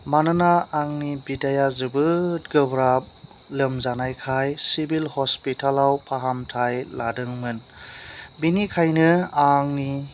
मानोना आंनि बिदाया जोबोर गोब्राब लोमजानायखाय चिभिल हस्पिथालाव फाहामथाय लादोंमोन बिनिखायनो आंनि